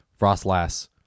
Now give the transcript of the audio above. Frostlass